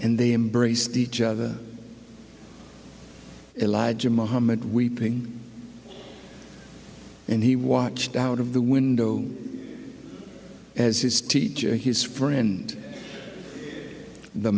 and they embraced each other allied to mohammad weeping and he watched out of the window as his teacher his friend the